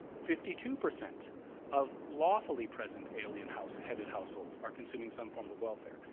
fifty two percent of lawfully present alien-headed households are consuming some form of welfare,